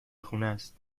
خونست